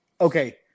Okay